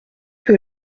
que